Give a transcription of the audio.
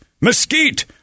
mesquite